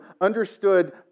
understood